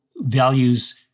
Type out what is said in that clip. values